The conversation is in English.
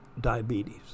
diabetes